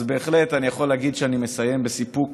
אז בהחלט אני יכול להגיד שאני מסיים בסיפוק